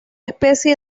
especie